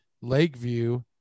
Lakeview